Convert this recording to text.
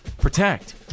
Protect